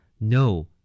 No